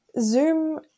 zoom